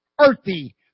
earthy